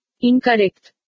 Incorrect